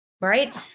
right